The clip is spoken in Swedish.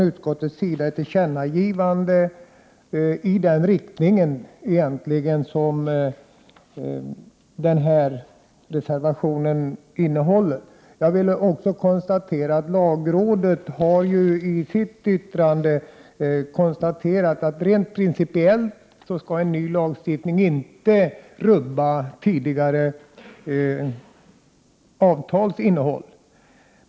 Utskottet gör ju ett tillkännagivande till regeringen som går i den riktning som krävs i reservationen. Jag vill också nämna att lagrådet i sitt yttrande har konstaterat att en ny lagstiftning rent principiellt inte skall rubba innehållet i tidigare avtal.